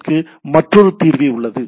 அதட்கு மற்றொரு தீர்வி உள்ளது